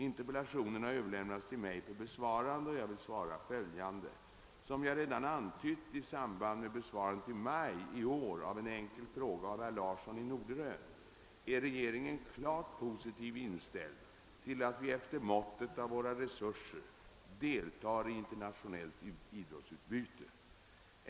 Interpellationen har överlämnats till mig för besvarande. Jag vill svara följande. Som jag redan antytt i samband med besvarandet i maj i år av en enkel fråga av herr Larsson i Norderön är regeringen klart positivt inställd till att vi efter måttet av våra resurser deltar i internationellt idrottsutbyte.